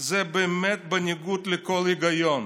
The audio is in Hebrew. זה באמת בניגוד לכל היגיון,